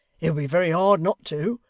it would be very hard not to,